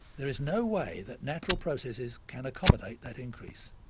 there is no way that natural processes can accommodate that increase.